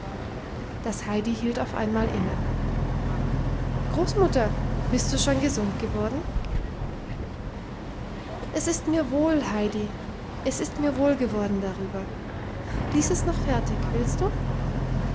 das heidi hielt auf einmal inne großmutter bist du schon gesund geworden fragte es es ist mir wohl heidi es ist mir wohl geworden darüber lies es noch fertig willst du